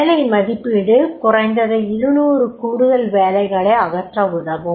வேலை மதிப்பீடு குறைந்தது 200 கூடுதல் வேலைகளை அகற்ற உதவும்